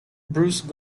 bruce